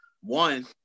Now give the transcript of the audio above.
one –